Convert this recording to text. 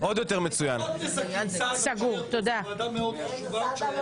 (הוראות לעניין הוועדה לבחירת שופטים),